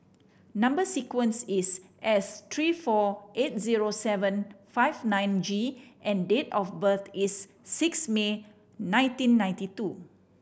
number sequence is S three four eight zero seven five nine G and date of birth is six May nineteen ninety two